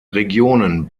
regionen